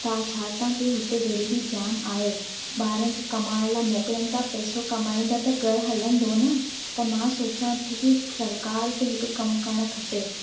था छा था कि हुते ग़रीबी जाम आहे ॿारनि खे कमाइण लाइ मोकिलिनि था पैसो कमाईंदा त घर हलंदो न त मां सोचा थी कि सरकारि खे हिकु कमु करणु खपे